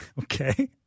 Okay